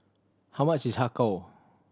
how much is Har Kow